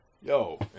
Yo